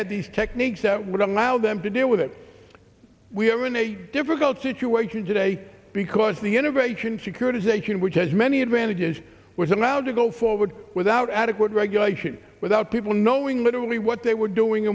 had these techniques that would allow them to deal with it we are in a difficult situation today because the innovation securitization which has many advantages was allowed to go forward without adequate regulation without people knowing literally what they were doing